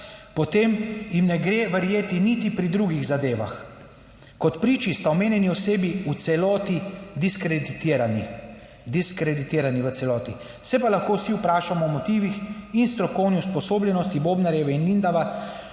potem jim ne gre verjeti niti pri drugih zadevah. Kot priči sta omenjeni osebi v celoti diskreditirani. Diskreditirani v celoti. Se pa lahko vsi vprašamo o motivih in strokovni usposobljenosti Bobnarjeve in Lindava,